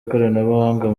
ikoranabuhanga